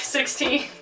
Sixteen